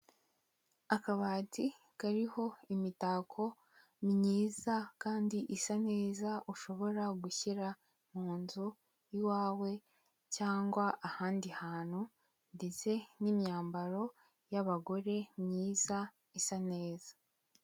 Akabati kariho imitako myiza kandi isa neza ushobora gushyira mu nzu iwawe cyangwa ahandi hantu ndetse n'imyambaro y'abagore myiza isa neza.